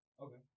Okay